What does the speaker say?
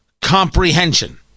comprehension